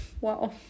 Wow